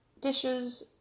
dishes